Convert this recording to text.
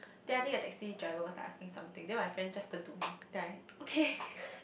then I think the taxi driver was like asking something then my friend just turn to me then I okay